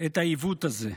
את העיוות הזה.